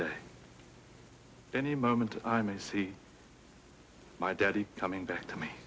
day any moment i may see my daddy coming back to me